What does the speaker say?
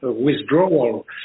withdrawal